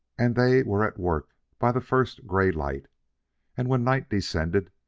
and they were at work by the first gray light and when night descended,